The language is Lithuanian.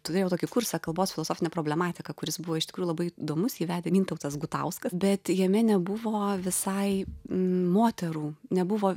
turėjau tokį kursą kalbos filosofinę problematiką kuris buvo iš tikrųjų labai įdomus jį vedė mintautas gutauskas bet jame nebuvo visai moterų nebuvo